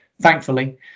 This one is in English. thankfully